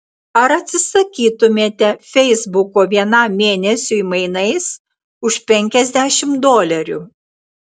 ar atsisakytumėte feisbuko vienam mėnesiui mainais už penkiasdešimt dolerių